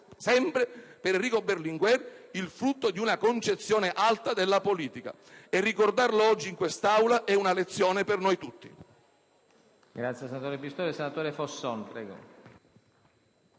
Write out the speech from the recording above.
sempre, per Enrico Berlinguer, il frutto di una concezione alta della politica. E ricordarlo oggi, in quest'Aula, è una lezione per noi tutti.